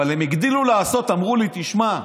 אבל הם הגדילו לעשות, אמרו לי: תשמע,